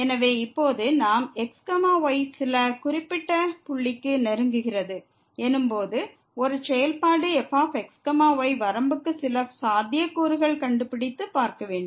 எனவே இப்போது நாம் x y சில குறிப்பிட்ட புள்ளிக்கு நெருங்குகிறது எனும்போது ஒரு செயல்பாடு fx y வரம்புக்கு சில சாத்தியக்கூறுகளை கண்டுபிடித்து பார்க்க வேண்டும்